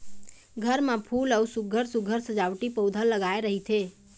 घर म फूल अउ सुग्घर सुघ्घर सजावटी पउधा लगाए रहिथे